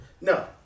No